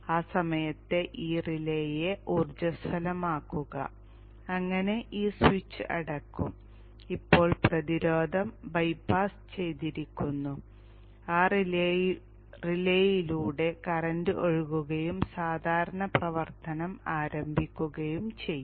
ആ സമയത്ത് ഈ റിലേയെ ഊർജ്ജസ്വലമാക്കുക അങ്ങനെ ഈ സ്വിച്ച് അടയ്ക്കും ഇപ്പോൾ പ്രതിരോധം ബൈപാസ് ചെയ്തിരിക്കുന്നു ആ റിലേയിലൂടെ കറന്റ് ഒഴുകുകയും സാധാരണ പ്രവർത്തനം ആരംഭിക്കുകയും ചെയ്യും